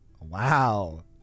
wow